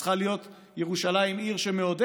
וצריך שירושלים תהיה עיר שמעודדת,